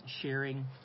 sharing